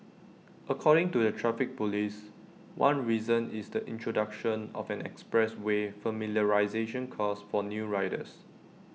according to the traffic Police one reason is the introduction of an expressway familiarisation course for new riders